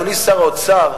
אדוני שר האוצר,